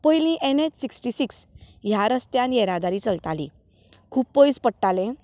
पयली N H sixty six ह्या रस्त्यांत येरादारी चलताली खूब पयस पडटालें